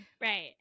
right